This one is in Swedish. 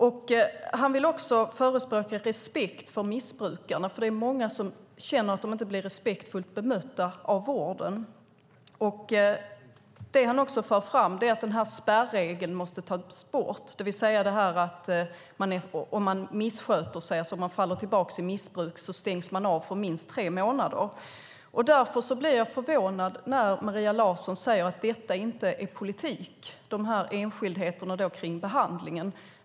Gerhard Larsson förespråkar också respekt för missbrukarna. Det är många som känner att de inte blir respektfullt bemötta av vården. Han för fram att spärregeln måste tas bort, det vill säga att om man missköter sig och faller tillbaka i missbruk stängs man av i minst tre månader. Därför blir jag förvånad när Maria Larsson säger att detta inte är politik, dessa enskildheter kring behandlingen.